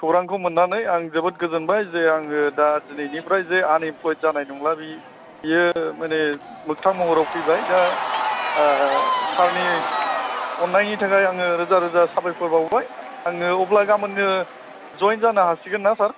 खौरांखौ मोननानै आं जोबोद गोजोनबाय जे आङो दा दिनैनिफ्राय जे आनइमप्लइड जानाय नंला बियो मानि मोगथां महराव फैबाय दा सारनि अननायनि थाखाय आङो रोजा रोजा साबायखर बावबाय आङो अब्ला गाबोननो जयेन जानो हासिगोनना सार